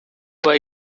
via